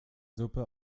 suppe